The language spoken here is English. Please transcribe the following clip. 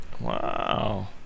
Wow